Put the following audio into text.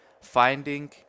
finding